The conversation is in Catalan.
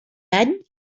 any